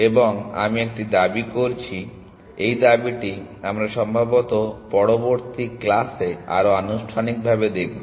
এবং আমি একটি দাবি করছি এবং এই দাবিটি আমরা সম্ভবত পরবর্তী ক্লাসে আরও আনুষ্ঠানিকভাবে দেখাব